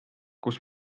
kus